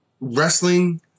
wrestling